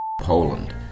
Poland